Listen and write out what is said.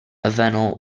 avenel